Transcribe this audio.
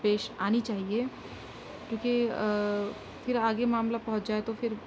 پیش آنی چاہیے کیونکہ پھر آگے معاملہ پہنچ جائے تو پھر